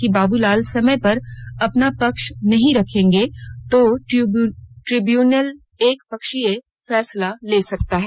कि अगर बाबूलाल समय पर अपना पक्ष नहीं रखेंगे तो ट्रिब्यूनल एकपक्षीय फैसला ले सकता है